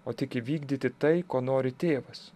o tik įvykdyti tai ko nori tėvas